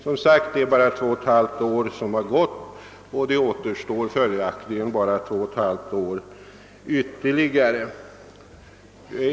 Det är alltså endast två och ett halvt år som gått och det återstår följaktligen ytterligare två och ett halvt år.